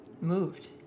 moved